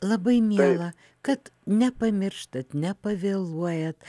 labai miela kad nepamirštat nepavėluojat